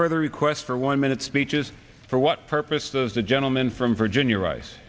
further requests for one minute speeches for what purpose does the gentleman from virginia rice